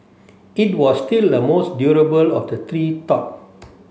it was still the most durable of the three thought